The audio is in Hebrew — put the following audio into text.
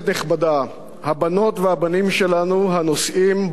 הבנות והבנים שלנו הנושאים בנטל ציפו מראש